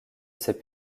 ses